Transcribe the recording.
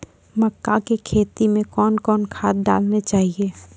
मक्का के खेती मे कौन कौन खाद डालने चाहिए?